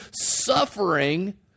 suffering